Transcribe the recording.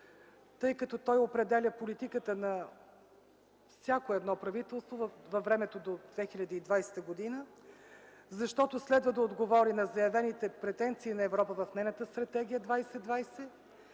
тъй като той определя политиката на всяко едно правителство във времето до 2020 г., защото следва да отговори на заявените претенции на Европа в нейната „Стратегия 2020”